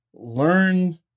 Learn